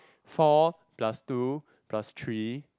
four plus two plus three